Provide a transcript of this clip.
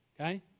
okay